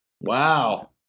Wow